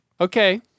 Okay